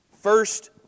first